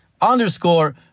underscore